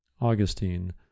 Augustine